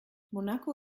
monaco